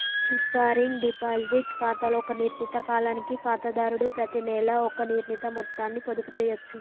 recurring deposit ఖాతాలో ఒక నిర్ణీత కాలానికి ఖాతాదారుడు ప్రతినెలా ఒక నిర్ణీత మొత్తాన్ని పొదుపు చేయచ్చు